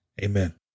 Amen